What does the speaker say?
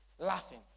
Laughing